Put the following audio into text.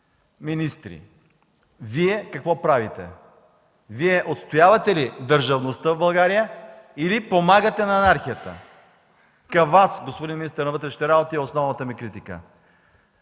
министри, Вие какво правите, отстоявате ли държавността в България, или помагате на анархията?! Към Вас, господин министър на вътрешните работи, е основната ми критика.